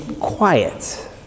quiet